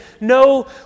no